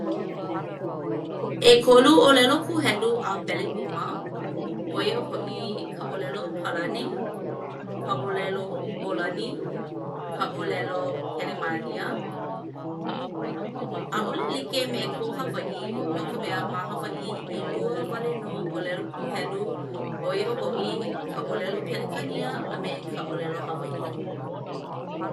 'Ekolu 'ōlelo kūhelu a Belgiuma ʻo ia hoʻi ka ʻōlelo Palani, ka ʻōlelo Hōlani, ka ʻōlelo Kelemānia; ʻaʻole like me kō Hawaiʻi no ka mea ma Hawaiʻi ʻelua wale nō ʻōlelo kūhelu ʻo ia hoʻi ka ʻōlelo Pelekania a me ka ʻōlelo Hawaiʻi.